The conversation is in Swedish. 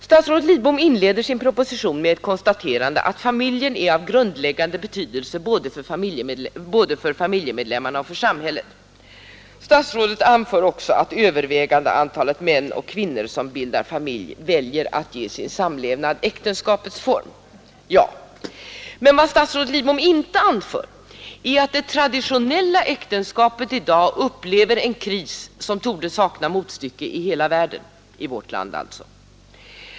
Statsrådet Lidbom inleder sin proposition med ett konstaterande att familjen är av grundläggande betydelse både för familjemedlemmarna och för samhället. Statsrådet anför också att övervägande antalet män och kvinnor som bildar familj väljer att ge sin samlevnad äktenskapets form. Vad statsrådet inte anför är att det traditionella äktenskapet i vårt land i dag upplever en kris som torde sakna motstycke i hela världen.